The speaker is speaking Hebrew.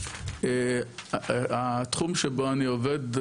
מיסים, התחום שבו אני עובד,